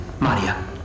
maria